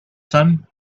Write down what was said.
sun